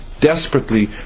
desperately